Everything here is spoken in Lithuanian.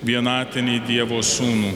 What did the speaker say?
vienatinį dievo sūnų